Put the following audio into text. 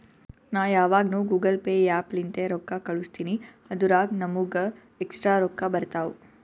ನಾ ಯಾವಗ್ನು Google Pay app ಲಿಂತೇ ರೊಕ್ಕಾ ಕಳುಸ್ತಿನಿ ಅದುರಾಗ್ ನಮ್ಮೂಗ ಎಕ್ಸ್ಟ್ರಾ ರೊಕ್ಕಾ ಬರ್ತಾವ್